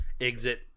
exit